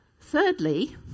Thirdly